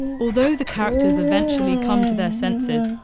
although the characters eventually come to their senses,